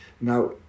now